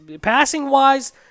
passing-wise